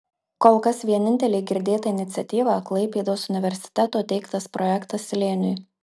kol kas vienintelė girdėta iniciatyva klaipėdos universiteto teiktas projektas slėniui